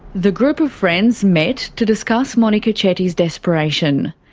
the group of friends met to discuss monika chetty's desperation.